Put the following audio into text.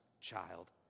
child